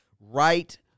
right